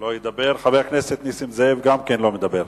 חבר הכנסת נסים זאב, גם כן לא מדבר.